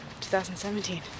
2017